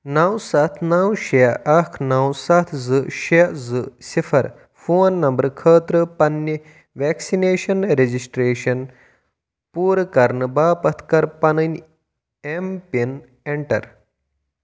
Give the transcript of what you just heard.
نو سَتھ نو شےٚ اکھ نو سَتھ زٕ شےٚ شےٚ زٕ سِفر فون نمبرٕ خٲطرٕ پنٕنہِ ویکسِنیشن رجسٹریشن پوٗرٕ کرنہٕ باپتھ کر پَنٕنۍ ایم پِن اینٹر